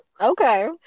Okay